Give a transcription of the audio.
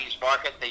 market